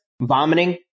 vomiting